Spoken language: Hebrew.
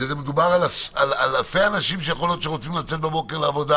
כשמדובר באלפי אנשים שרוצים לצאת בבוקר לעבודה